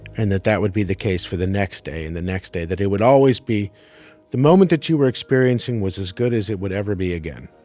and that that would be the case for the next day, and the next day, that it would always be the moment that you were experiencing was as good as it would ever be again